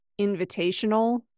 invitational